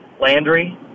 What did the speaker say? Landry